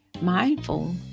mindful